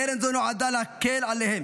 קרן זו נועדה להקל עליהם,